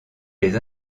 les